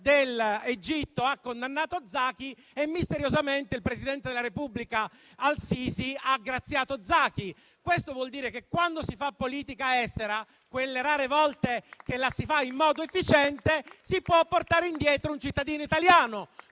dell'Egitto ha condannato Zaki e misteriosamente il presidente della repubblica al-Sisi ha graziato Zaki. Questo vuol dire che, quando si fa politica estera, quelle rare volte che la si fa in modo efficiente, si può portare indietro un cittadino italiano,